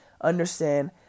Understand